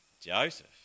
joseph